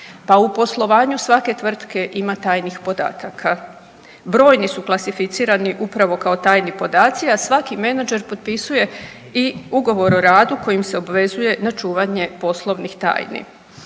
Pa u poslovanju svake tvrtke ima tajnih podataka, brojni su klasificirani upravo kao tajni podaci, a svaki menadžer potpisuje i ugovor o radu kojim se obvezuje na čuvanje poslovnih tajni.